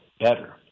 better